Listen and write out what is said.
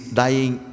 dying